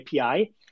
API